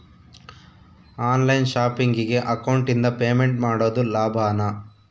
On line ಶಾಪಿಂಗಿಗೆ ಅಕೌಂಟಿಂದ payment ಮಾಡೋದು ಲಾಭಾನ?